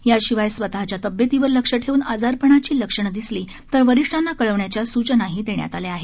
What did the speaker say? याशिवाय स्वतःच्या तब्येतीवर लक्ष ठेवून आजारपणाची लक्षणं दिसली तर वरिष्ठांना कळविण्याच्या सुचनाही देण्यात आल्या आहेत